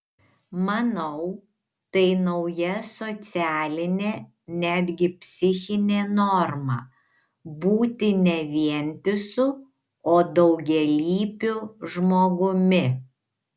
manau tai nauja socialinė netgi psichinė norma būti ne vientisu o daugialypiu žmogumi